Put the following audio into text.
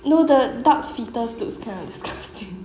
no the duck foetus looks kind of disgusting